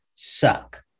suck